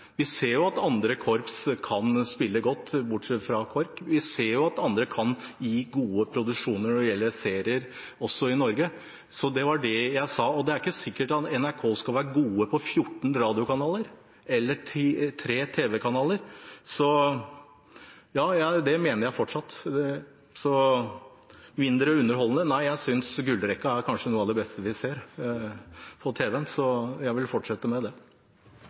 vi ser at andre korps kan spille godt, i tillegg til KORK, vi ser at andre kan gi gode produksjoner når det gjelder serier, også i Norge. Det var det jeg sa. Det er ikke sikkert at NRK skal være gode på 14 radiokanaler, eller på 3 tv-kanaler. Det mener jeg fortsatt. Mindre underholdende? Nei, jeg synes gullrekka kanskje er noe av det beste vi ser på tv, så jeg vil fortsette med det.